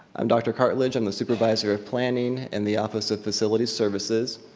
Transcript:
i'm dr. cartlidge, i'm the supervisor of planning in the office of facilities services.